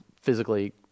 physically